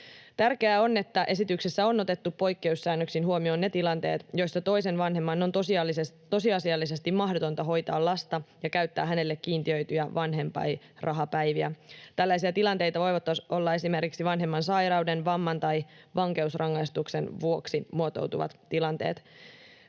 Tärkeää on, että esityksessä on otettu poikkeussäännöksin huomioon ne tilanteet, joissa toisen vanhemman on tosiasiallisesti mahdotonta hoitaa lasta ja käyttää hänelle kiintiöityjä vanhempainrahapäiviä. Tällaisia tilanteita voivat olla esimerkiksi vanhemman sairauden, vamman tai vankeusrangaistuksen vuoksi muotoutuvat tilanteet.